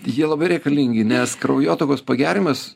jie labai reikalingi nes kraujotakos pagerimas